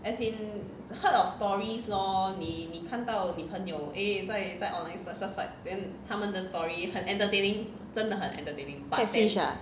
catfish ah